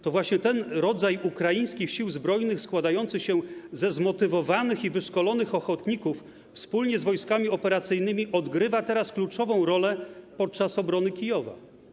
To właśnie ten rodzaj ukraińskich sił zbrojnych, składający się ze zmotywowanych i wyszkolonych ochotników, wspólnie z wojskami operacyjnymi odgrywa teraz kluczową rolę podczas obrony Kijowa.